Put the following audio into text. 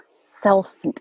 self